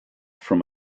from